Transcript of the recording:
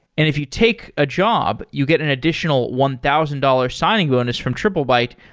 if you take a job, you get an additional one thousand dollars signing bonus from triplebyte,